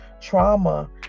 trauma